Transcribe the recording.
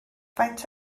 faint